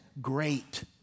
Great